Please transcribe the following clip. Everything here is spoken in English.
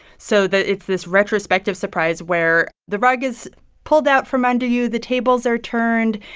so that it's this retrospective surprise where the rug is pulled out from under you, the tables are turned,